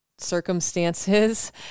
circumstances